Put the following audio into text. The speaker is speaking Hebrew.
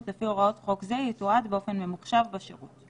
לפי הוראות חוק זה יתועד באופן ממוחשב בשירות.